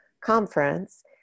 conference